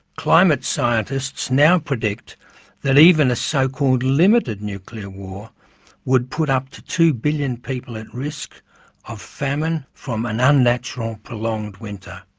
climate scientists now predict that even a so-called limited nuclear war would put up to two billion people at risk of famine from an unnatural prolonged winter.